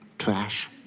trash.